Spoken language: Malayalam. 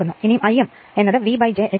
ഇനി I mVj X m